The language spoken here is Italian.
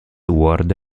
world